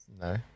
No